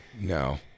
No